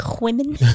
women